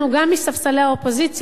גם מספסלי האופוזיציה,